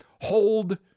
hold